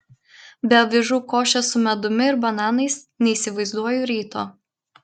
be avižų košės su medumi ir bananais neįsivaizduoju ryto